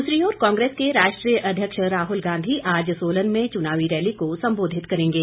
दूसरी ओर कांग्रेस के राष्ट्रीय अध्यक्ष राहुल गांधी आज सोलन में चुनावी रैली को संबोधित करेंगे